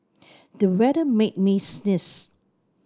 the weather made me sneeze